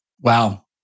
wow